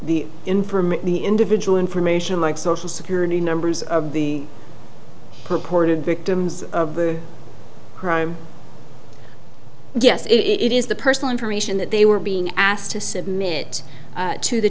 the information the individual information like social security numbers are being purported victims of the crime yes it is the personal information that they were being asked to submit to the